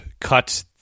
cut